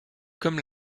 comme